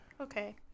Okay